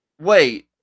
Wait